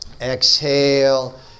Exhale